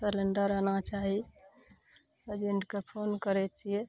cylinder आना चाही एजेंटके फोन करय छियै